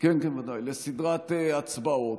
לסדרת הצבעות.